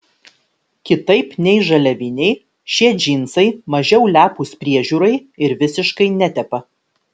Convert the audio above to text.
kitaip nei žaliaviniai šie džinsai mažiau lepūs priežiūrai ir visiškai netepa